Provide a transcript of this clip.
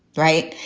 right.